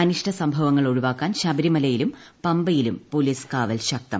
അനിഷ്ട സംഭവങ്ങൾ ഒഴിവാക്കാൻ ശബരിമലയിലും പമ്പയിലൂർ പൊലീസ് കാവൽ ശക്തം